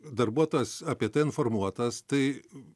darbuotojas apie tai informuotas tai